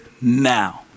now